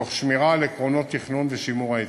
תוך שמירה על עקרונות תכנון ושימור העצים.